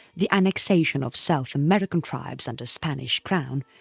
the annexation of south american tribes under spanish crown,